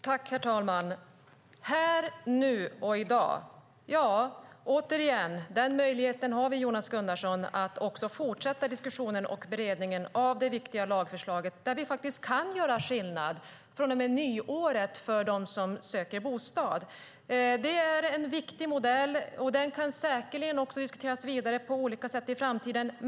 Herr talman! Här, nu och i dag - ja, vi har, Jonas Gunnarsson, möjligheten att fortsätta diskussionen och beredningen av det viktiga lagförslaget. Vi kan från och med nyåret faktiskt göra skillnad för dem som söker bostad. Det är en viktig modell, och den kan säkerligen fortsätta att diskuteras vidare i framtiden.